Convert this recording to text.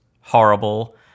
horrible